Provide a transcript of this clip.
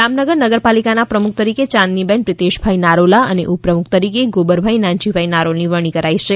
દામનગર નાગરપલિકાના પ્રમુખ તરીકે યાંદનીબેન પ્રિતેશભાઇ નારોલા અને ઉપપ્રમુખ તરીકે ગોબરભાઇ નાનજીભાઈ નારોલની વરણી કરવા માં આવી છે